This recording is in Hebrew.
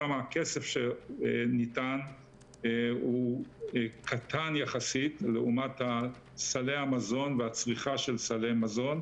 שם הכסף הניתן הוא קטן יחסית לעומת סלי המזון והצריכה של סלי מזון.